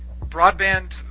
broadband